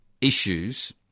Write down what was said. issues